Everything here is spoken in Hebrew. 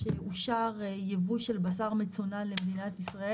כשאושר ייבוא של בשר מצונן למדינת ישראל.